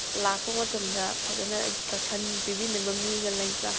ꯂꯥꯛꯄ ꯃꯇꯝꯗ ꯐꯖꯅ ꯏꯟꯁꯇ꯭ꯔꯛꯁꯟ ꯄꯤꯕꯤꯅꯕ ꯃꯤꯒ ꯂꯩꯕ꯭ꯔꯥ